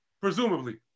presumably